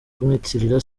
kumwitirira